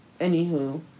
anywho